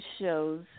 shows